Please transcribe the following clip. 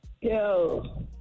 Yo